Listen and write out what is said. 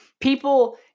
People